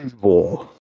war